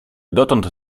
dotąd